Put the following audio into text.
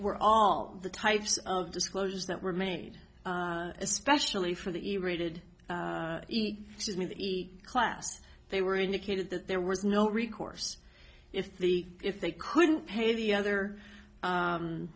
were all the types of disclose that were made especially for the rated me the class they were indicated that there was no recourse if the if they couldn't pay the other